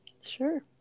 sure